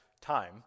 time